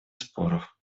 споров